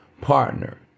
partner